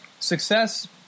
Success